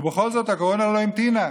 ובכל זאת, הקורונה לא המתינה,